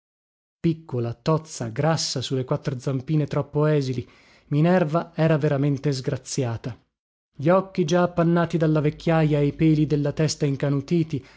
piccola tozza grassa su le quattro zampine troppo esili minerva era veramente sgraziata gli occhi già appannati dalla vecchiaja e i peli della testa incanutiti